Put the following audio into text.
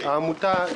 73,